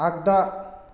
आगदा